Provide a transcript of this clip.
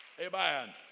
Amen